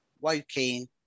woking